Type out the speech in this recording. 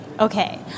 Okay